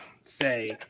say